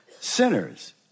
sinners